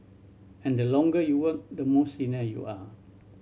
and the longer you work the more senior you are